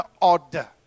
order